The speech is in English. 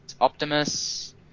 Optimus